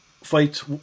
fight